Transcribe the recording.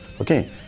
Okay